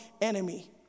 enemy